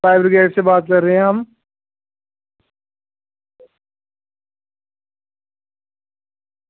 fire brigade से बात कर रहे हैं हम